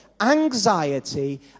Anxiety